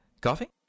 Coffee